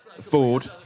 Ford